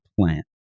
plant